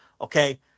Okay